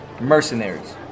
Mercenaries